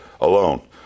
alone